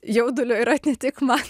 jaudulio yra ne tik man